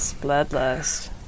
bloodlust